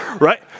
right